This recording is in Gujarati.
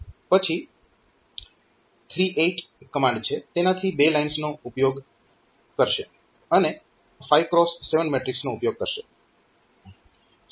પછી 38 કમાન્ડ છે તેનાથી તે બે લાઇન્સનો ઉપયોગ કરશે અને 5 x 7 મેટ્રીક્સ નો ઉપયોગ કરશે